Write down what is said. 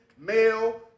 male